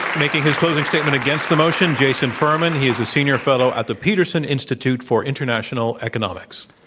making his closing statement against the motion, jason furman. he is the senior fellow at the peterson institute for international economics.